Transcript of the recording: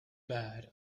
bad